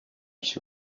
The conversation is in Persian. هیچ